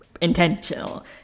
intentional